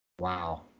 Wow